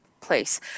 place